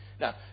Now